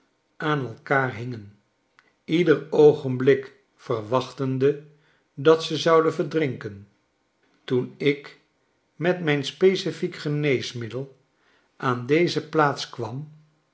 aan elkaar hingen ieder oogenblik verwachtende dat ze zouden verdrinken toen ik met mijn specifiek geneesmiddel aan deze plaats kwam